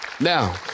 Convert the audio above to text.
Now